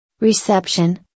Reception